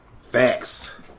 Facts